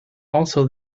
also